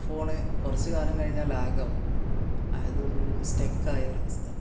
phone കുറച്ചുകാലം കഴിഞ്ഞാൽ lag ആവും അതായത് ഒരു സ്റ്റക്ക് ആയ അവസ്ഥ